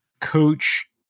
coach